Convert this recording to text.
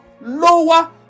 lower